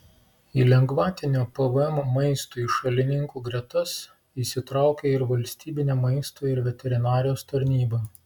į lengvatinio pvm maistui šalininkų gretas įsitraukė ir valstybinė maisto ir veterinarijos tarnyba